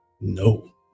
No